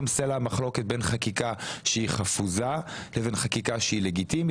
גם סלע המחלוקת בין חקיקה שהיא חפוזה לבין חקיקה שהיא לגיטימית,